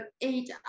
eight